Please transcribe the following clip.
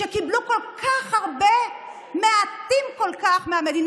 שקיבל כל כך הרבה מעטים כל כך מהמדינה.